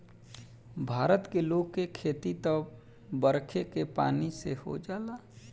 भारत के लोग के खेती त बरखे के पानी से हो जाला